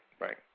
Right